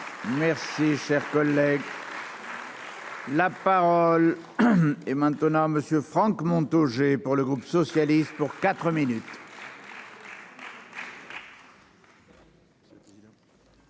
merci, cher collègue. La parole est maintenant monsieur Franck Montaugé pour le groupe socialiste, pour 4 minutes. Monsieur